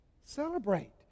celebrate